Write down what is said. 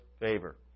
favor